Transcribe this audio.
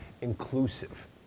inclusive